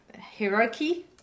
Hierarchy